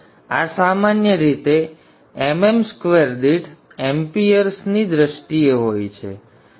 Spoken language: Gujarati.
તેથી આ સામાન્ય રીતે mm square દીઠ અમ્પેયર્સની દ્રષ્ટિએ હોય છે